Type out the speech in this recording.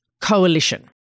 Coalition